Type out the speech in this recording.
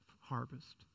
harvest